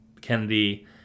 Kennedy